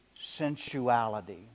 sensuality